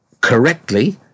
correctly